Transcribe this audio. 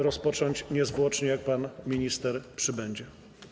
Rozpoczniemy niezwłocznie, jak pan minister przybędzie.